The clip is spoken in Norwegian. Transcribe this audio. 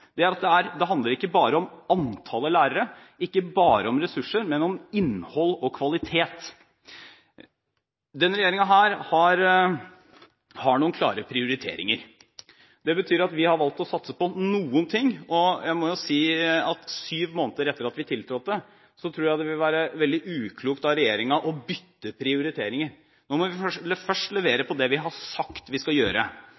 er at det handler ikke bare om antall lærere, ikke bare om ressurser, men om innhold og kvalitet. Denne regjeringen har noen klare prioriteringer. Det betyr at vi har valgt å satse på noen ting, og jeg må si at syv måneder etter at vi tiltrådte, tror jeg det vil være veldig uklokt av regjeringen å bytte prioriteringer. Nå må vi først